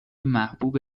محبوب